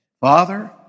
Father